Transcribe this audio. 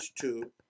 two